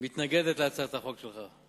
הממשלה מתנגדת להצעת החוק שלך.